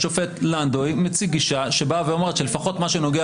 השופט לנדוי מציג גישה שאומרת שלפחות מה שנוגע